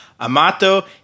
Amato